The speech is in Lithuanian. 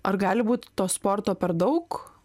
ar gali būt to sporto per daug